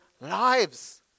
lives